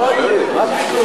לא, מה פתאום.